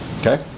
Okay